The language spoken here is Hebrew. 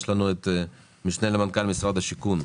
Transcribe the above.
יש לנו את המשנה למנכ"ל משרד השיכון,